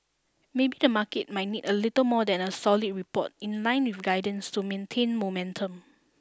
maybe the market might need a little more than a solid report in line with guidance to maintain momentum